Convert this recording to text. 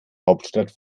hauptstadt